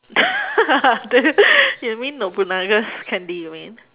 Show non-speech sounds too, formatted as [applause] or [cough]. [laughs] the you mean nobunaga's candy you mean